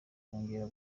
kongera